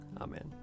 Amen